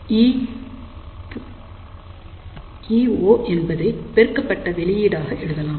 ஈ0 என்பதை பெருக்கப்பட்ட வெளியீடாக எழுதலாம்